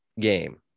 game